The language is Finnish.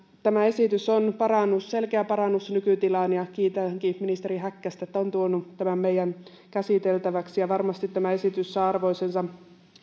tämä esitys on selkeä parannus nykytilaan ja kiitänkin ministeri häkkästä että hän on tuonut tämän meidän käsiteltäväksemme ja varmasti tämä esitys saa arvoisensa